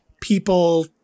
people